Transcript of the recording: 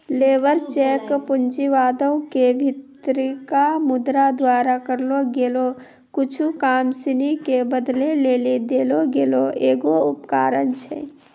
labour cheque पूँजीवादो के भीतरका मुद्रा द्वारा करलो गेलो कुछु काम सिनी के बदलै लेली देलो गेलो एगो उपकरण छै